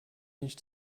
nicht